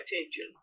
attention